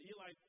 Eli